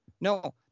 No